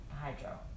Hydro